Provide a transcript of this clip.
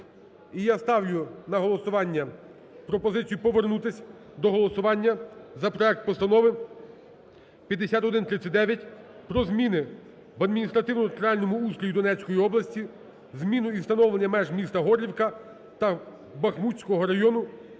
я ставлю на голосування пропозицію повернутись до голосування за проект Постанови 5139 "Про зміни в адміністративно-територіальному устрої Донецької області, зміну і встановлення меж міста Горлівка та Бахмутського району